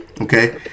Okay